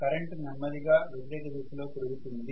current నెమ్మదిగా వ్యతిరేక దిశలో పెరుగుతుంది